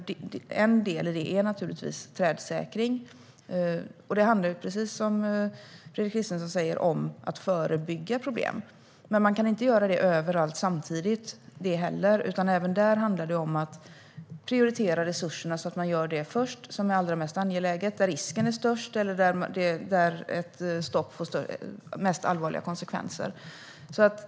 En del i det är naturligtvis trädsäkring, och det handlar - precis som Fredrik Christensson säger - om att förebygga problem. Men man kan inte göra det överallt samtidigt, utan även där handlar det om att prioritera resurserna så att man först gör det som är allra mest angeläget - där risken är störst eller där ett stopp får allvarligast konsekvenser.